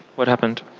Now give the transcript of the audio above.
what happened?